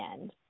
end